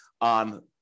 on